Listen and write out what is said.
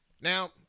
Now